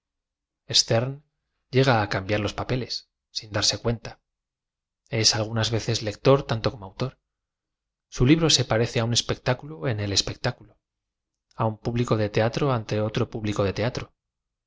ó cambiar los papeles sin darse cuenta es algunas veces lector tanto como autor su libro se parece á un espectáculo en el espectáculo á un público de teatro ante otro público de teatro